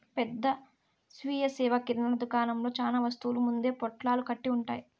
పెద్ద స్వీయ సేవ కిరణా దుకాణంలో చానా వస్తువులు ముందే పొట్లాలు కట్టి ఉంటాయి